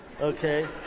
okay